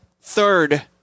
third